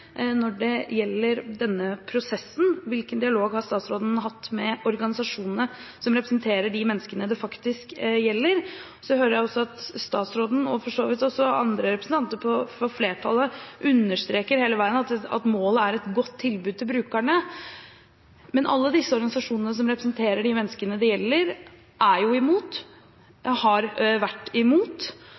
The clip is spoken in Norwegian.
når det gjelder denne prosessen? Hvilken dialog har statsråden hatt med organisasjonene som representerer de menneskene det faktisk gjelder? Jeg hører også at statsråden, og for så vidt også andre representanter for flertallet, hele veien understreker at målet er et godt tilbud til brukerne. Men alle disse organisasjonene som representerer de menneskene det gjelder, er jo imot og har vært imot.